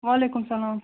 وعلیکُم السَلام